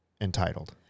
entitled